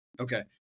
Okay